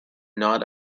not